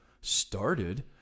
started